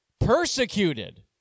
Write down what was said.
persecuted